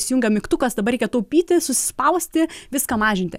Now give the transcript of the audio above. įsijungia mygtukas dabar reikia taupyti susispausti viską mažinti